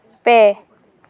ᱯᱮ